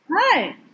Hi